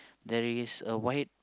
there is a white